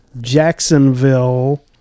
Jacksonville